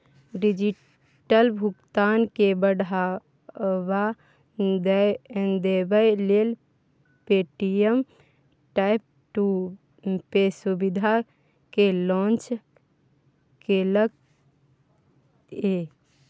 digital भुगतान केँ बढ़ावा देबै लेल पे.टी.एम टैप टू पे सुविधा केँ लॉन्च केलक ये